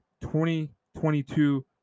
2022